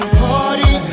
party